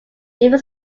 even